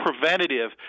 preventative